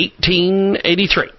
1883